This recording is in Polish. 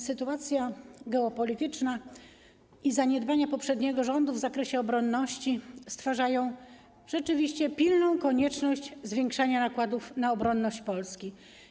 Sytuacja geopolityczna i zaniedbania poprzedniego rządu w zakresie obronności stwarzają rzeczywiście pilną konieczność zwiększania nakładów na obronność Polski.